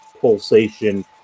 pulsation